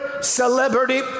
celebrity